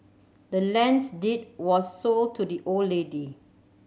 the land's deed was sold to the old lady